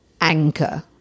anchor